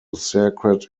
circuit